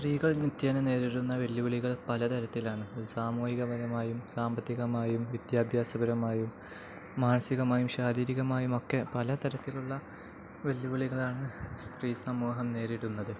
സ്ത്രീകൾ നിത്യേന നേരിടുന്ന വെല്ലുവിളികൾ പലതരത്തിലാണ് സാമൂഹികപരമായും സാമ്പത്തികമായും വിദ്യാഭ്യാസപരമായും മാനസികമായും ശാരീരികമായും ഒക്കെ പലതരത്തിലുള്ള വെല്ലുവിളികളാണു സ്ത്രീ സമൂഹം നേരിടുന്നത്